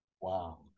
Wow